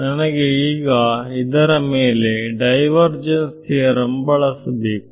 ನನಗೆ ಈಗ ಇದರ ಮೇಲೆ ಡೈವರ್ ಜೆನ್ಸ್ ಥಿಯರಂ ಬಳಸಬೇಕು